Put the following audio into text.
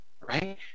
right